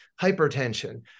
hypertension